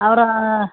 அப்புறம்